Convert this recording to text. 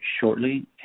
shortly